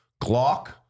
Glock